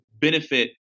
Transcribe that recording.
benefit